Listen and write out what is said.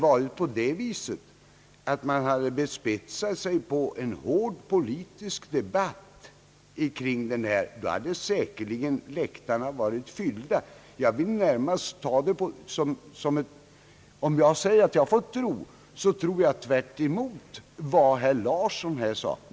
Om man hade bespet sat sig på en hård politisk debatt kring denna fråga, då hade läktarna säkerligen varit fyllda. Om jag får säga vad jag tror, så är det att jag tror motsatsen mot vad herr Larsson sade.